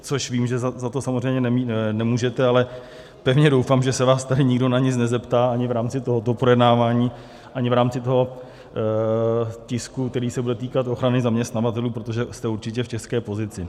Což vím, že za to samozřejmě nemůžete, ale pevně doufám, že se vás tady nikdo na nic nezeptá ani v rámci tohoto projednávání, ani v rámci toho tisku, který se bude týkat ochrany zaměstnavatelů, protože jste určitě v těžké pozici.